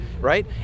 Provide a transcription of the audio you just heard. Right